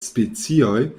specioj